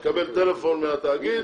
הוא יקבל טלפון מהתאגיד,